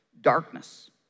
darkness